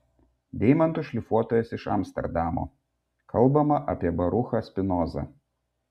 deimantų šlifuotojas iš amsterdamo kalbama apie baruchą spinozą